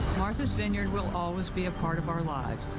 martha's vineyard will always be part of our life,